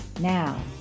Now